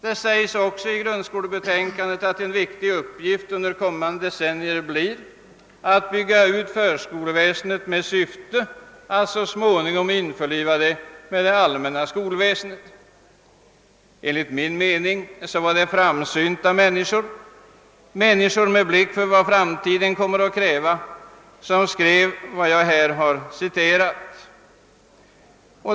Det sägs också i grundskolebetänkandet, att »en viktig uppgift under kommande decennier blir att bygga ut förskoleväsendet med syfte att så småningom införliva det med det allmänna skolväsendet». Enligt min mening var det framsynta människor, människor med blick för vad framtiden kommer att kräva, som skrev vad jag här citerat.